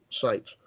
sites